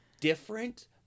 different